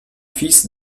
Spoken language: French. fils